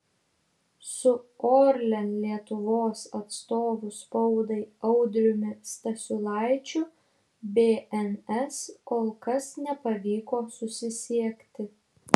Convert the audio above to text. su orlen lietuvos atstovu spaudai audriumi stasiulaičiu bns kol kas nepavyko susisiekti